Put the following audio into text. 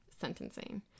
Sentencing